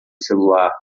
celular